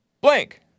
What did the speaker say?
Blank